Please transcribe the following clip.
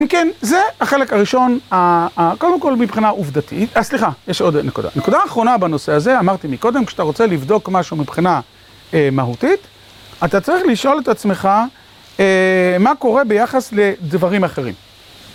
וכן, זה החלק הראשון, קודם כל מבחינה עובדתית. אה, סליחה, יש עוד נקודה. נקודה אחרונה בנושא הזה, אמרתי מקודם, כשאתה רוצה לבדוק משהו מבחינה מהותית, אתה צריך לשאול את עצמך, מה קורה ביחס לדברים אחרים.